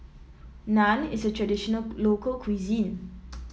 naan is a traditional local cuisine